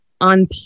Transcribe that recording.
on